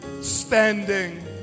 standing